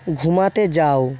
ঘুমোতে যাও